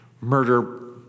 murder